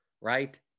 right